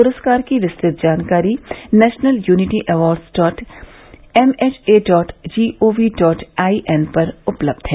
पुरस्कार की विस्तृत जानकारी national unity awards dot MHA dot GOV dot I N पर उपलब्ध है